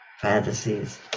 fantasies